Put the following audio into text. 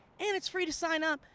and it's free to sign up,